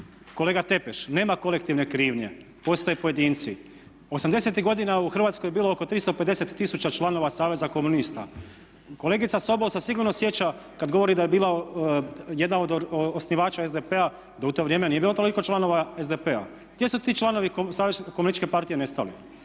kolega Tepeš, nema kolektivne krivnje, postoje pojedinci. 80.-tih godina u Hrvatskoj je bilo oko 350 tisuća članova Saveza komunista. Kolegica Sobol se sigurno sjeća kada govori da je bila jedna od osnivača SDP-a da u to vrijeme nije bilo toliko članova SDP-a. Gdje su ti članovi Savez komunističke partije nestali.